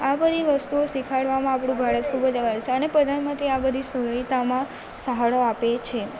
આ બધી વસ્તુઓ શીખવાડવામાં આપણુ ભારત ખૂબ જ આગળ છે અને પ્રધાનમંત્રી આ બધી સુવિધામાં સહારો આપે છે